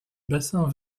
bassin